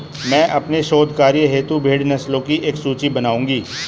मैं अपने शोध कार्य हेतु भेड़ नस्लों की एक सूची बनाऊंगी